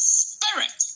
spirit